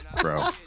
Bro